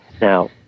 Now